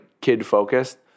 kid-focused